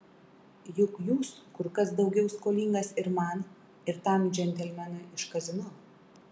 juk jūs kur kas daugiau skolingas ir man ir tam džentelmenui iš kazino